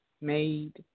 made